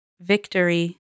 Victory